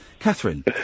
Catherine